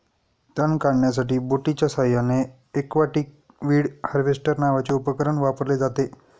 तण काढण्यासाठी बोटीच्या साहाय्याने एक्वाटिक वीड हार्वेस्टर नावाचे उपकरण वापरले जाते